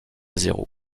zéro